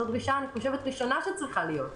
זאת הדרישה הראשונה שצריכה להיות.